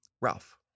Ralph